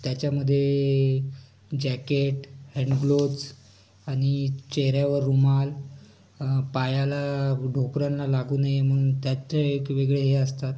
त्याच्यामधे jacket hand gloves आणि चेहऱ्यावर रुमाल पायाला ढोकरांना लागू नये म्हणून त्याचे एक वेगळे हे असतात